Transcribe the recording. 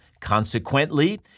Consequently